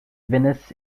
venice